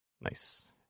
Nice